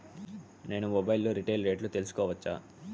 నేను మొబైల్ లో రీటైల్ రేట్లు తెలుసుకోవచ్చా?